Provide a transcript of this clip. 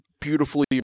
beautifully